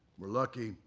we're lucky,